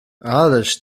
ależ